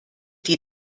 die